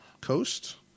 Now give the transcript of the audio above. coast